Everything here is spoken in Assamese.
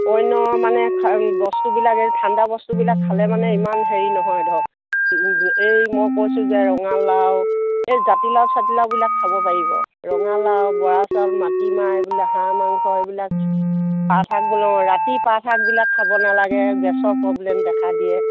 অন্য মানে বস্তুবিলাক এই ঠাণ্ডা বস্তুবিলাক খালে মানে ইমান হেৰি নহয় ধৰক এই মই কৈছোঁ যে ৰঙালাও এই জাতিলাও চাতিলাওবিলাক খাব পাৰিব ৰঙালাও বৰা চাউল মাটিমাহ এইবিলাক হাঁহ মাংস এইবিলাক পাতশাকবোৰ ৰাতি পাতশাকবিলাক খাব নালাগে গেছৰ প্ৰব্লেম দেখা দিয়ে